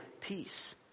peace